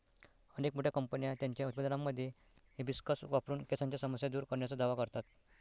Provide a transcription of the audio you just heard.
अनेक मोठ्या कंपन्या त्यांच्या उत्पादनांमध्ये हिबिस्कस वापरून केसांच्या समस्या दूर करण्याचा दावा करतात